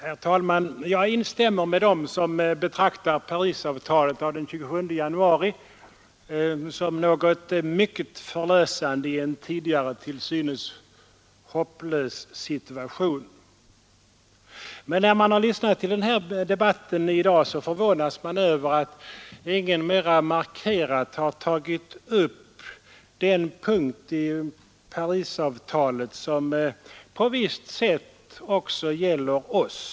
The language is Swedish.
Herr talman! Jag instämmer med dem som betraktar Parisavtalet av den 27 januari som något mycket förlösande i en tidigare till synes hopplös situation. Men när man har lyssnat till denna debatt i dag, förvånas man över att ingen mera markerat har tagit upp den punkt i Parisavtalet som på visst sätt också gäller oss.